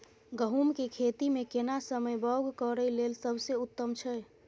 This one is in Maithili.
गहूम के खेती मे केना समय बौग करय लेल सबसे उत्तम छै?